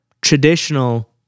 traditional